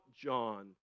John